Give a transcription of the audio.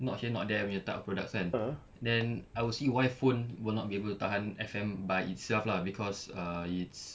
not here not there punya type of products kan then I would see why phone will not be able to tahan F_M by itself lah cause uh it's